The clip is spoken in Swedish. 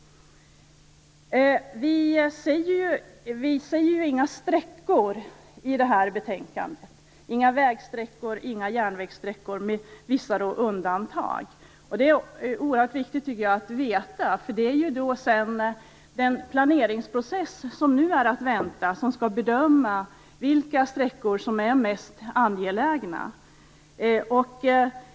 Vi anger inga väg eller järnvägssträckor i detta betänkande, med vissa undantag. Det är oerhört viktigt att veta. Det är i den planeringsprocess som är att vänta som man skall bedöma vilka sträckor som är mest angelägna.